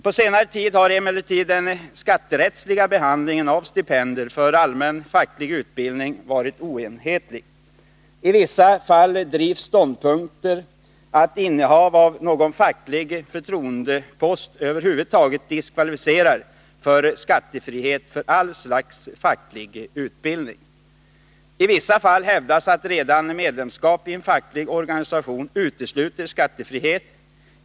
På senare tid har emellertid den skatterättsliga behandlingen av stipendier för allmänt facklig utbildning varit oenhetlig. Ibland drivs ståndpunkter som går ut på att innehav av någon facklig förtroendepost över huvud taget diskvalificerar för skattefrihet för all slags facklig utbildning. I vissa fall hävdas att redan medlemskap i en facklig organisation utesluter skattefrihet.